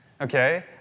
okay